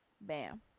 Bam